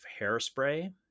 hairspray